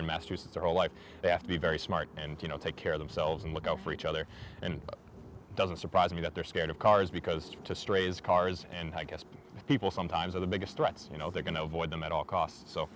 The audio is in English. in massachusetts their whole life they have to be very smart and you know take care of themselves and look out for each other and it doesn't surprise me that they're scared of cars because to strays cars and i guess people sometimes are the biggest threats you know they're going to avoid them at all costs